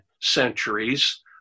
centuries